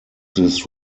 this